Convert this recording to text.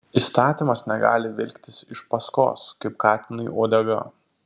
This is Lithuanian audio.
įstatymas negali vilktis iš paskos kaip katinui uodega